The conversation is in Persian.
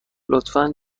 لطفا